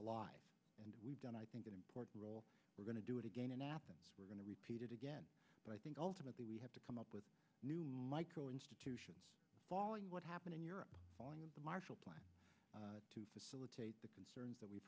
alive and we've done i think an important role we're going to do it again and we're going to repeat it again but i think ultimately we have to come up with new micro institutions following what happened in europe and the marshall plan to facilitate the concerns that we've